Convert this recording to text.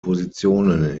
positionen